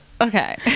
Okay